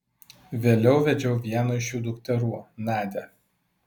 vėliau vedžiau vieną iš jų dukterų nadią